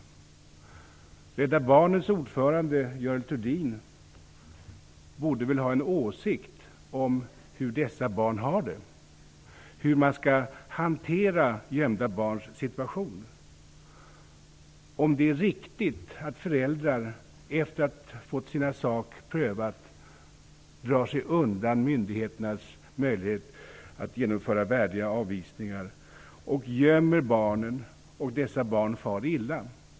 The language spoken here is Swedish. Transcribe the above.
Görel Thurdin, Rädda barnens ordförande, borde väl ha en åsikt om hur dessa barn har det och om hur man skall hantera gömda barns situation. Är det riktigt att föräldrar efter att ha fått sin sak prövad drar sig undan, så att myndigheterna inte har möjlighet att genomföra värdiga avvisningar, och gömmer sina barn så att dessa far illa?